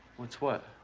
what's what?